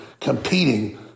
competing